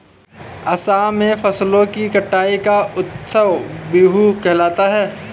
असम में फसलों की कटाई का उत्सव बीहू कहलाता है